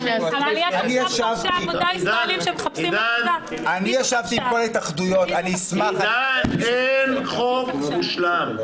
עידן, עידן, אין חוק מושלם.